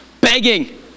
begging